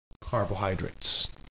carbohydrates